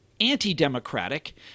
anti-democratic